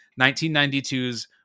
1992's